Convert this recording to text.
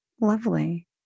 Lovely